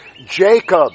Jacob